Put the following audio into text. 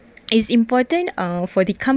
it's important uh for the